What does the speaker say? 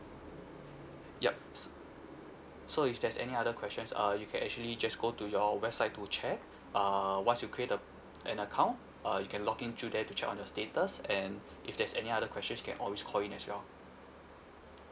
yup so if there's any other questions uh you can actually just go to your website to check uh once you create a an account uh you can log in to there to check on the status and if there's any other questions you can always call in as well